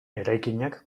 eraikinak